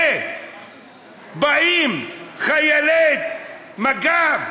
כשבאים חיילי מג"ב